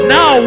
Now